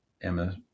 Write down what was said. Emma